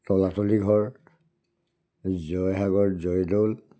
Talatal Ghar Joysagar Joydol